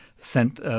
sent